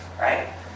right